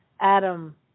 Adam